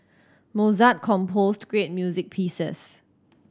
Mozart composed great music pieces